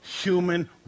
human